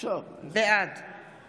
בעד